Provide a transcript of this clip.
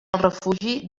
refugi